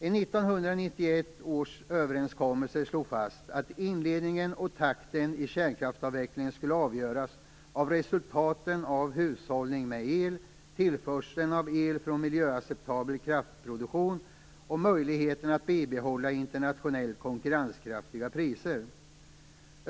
I 1991 års överenskommelse slogs fast att inledningen till och takten i kärnkraftsavvecklingen skulle avgöras av resultaten av hushållningen med el, tillförseln av el från miljöacceptabel kraftproduktion och möjligheterna att bibehålla internationellt konkurrenskraftiga priser.